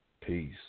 Peace